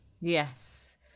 Yes